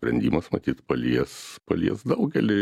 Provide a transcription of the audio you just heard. sprendimas matyt palies palies daugelį